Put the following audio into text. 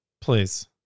Please